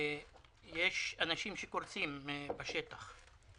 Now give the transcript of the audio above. יש אנשי שקורסים בשטח.